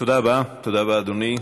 תודה רבה, אדוני.